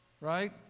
right